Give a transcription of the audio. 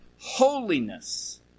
holiness